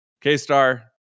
K-Star